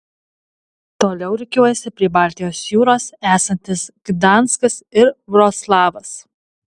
toliau rikiuojasi prie baltijos jūros esantis gdanskas ir vroclavas